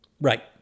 right